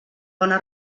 bona